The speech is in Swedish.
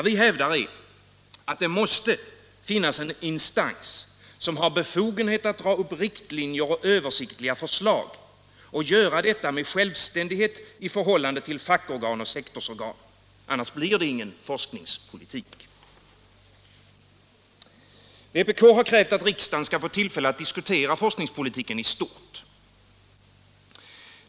Vi hävdar att det måste finnas en instans som har befogenhet att dra upp riktlinjer och utarbeta översiktliga förslag och göra detta med självständighet i förhållande till fackoch sektorsorgan. Annars blir det ingen forskningspolitik. Vpk har krävt att riksdagen skall få tillfälle att diskutera forskningspolitiken i stort.